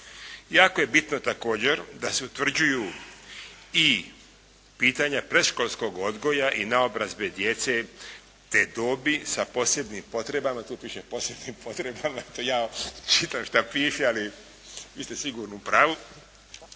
Jako je bitno, također, da se utvrđuju i pitanja predškolskog odgoja i naobrazbe djece te dobi sa posebnim potrebama. Tu piše posebnim potrebama, to ja čitam što piše, ali vi ste sigurno u pravu.